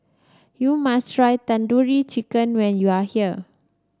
you must try Tandoori Chicken when you are here